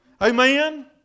amen